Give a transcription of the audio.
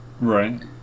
right